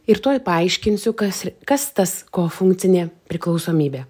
ir tuoj paaiškinsiu kas kas tas kofunkcinė priklausomybė